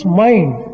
mind